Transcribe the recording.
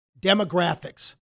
demographics